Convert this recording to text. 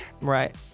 Right